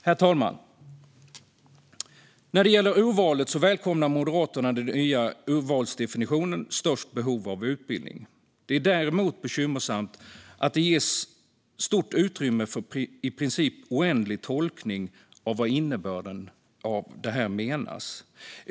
Herr talman! När det gäller urvalet välkomnar Moderaterna den nya urvalsdefinitionen "störst behov av utbildning". Det är däremot bekymmersamt att det ges stort utrymme för i princip oändlig tolkning av innebörden av detta.